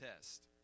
test